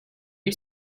you